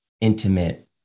intimate